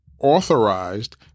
authorized